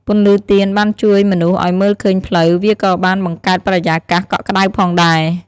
ពន្លឺទៀនបានជួយមនុស្សឲ្យមើលឃើញផ្លូវ វាក៏បានបង្កើតបរិយាកាសកក់ក្ដៅផងដែរ។